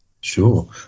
Sure